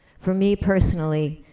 for me personally,